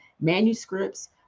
manuscripts